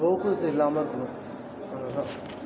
போக்குவரத்து இல்லாமல் இருக்கணும் அவ்வளோ தான்